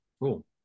Cool